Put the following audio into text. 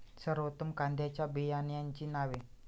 सर्वोत्तम कांद्यांच्या बियाण्यांची नावे?